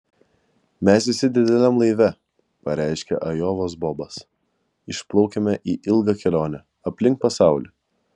mes visi dideliam laive pareiškė ajovos bobas išplaukiame į ilgą kelionę aplink pasaulį